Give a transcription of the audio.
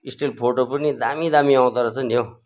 stick photo पनि दामी दामी आउँदो रहेछ नि हौ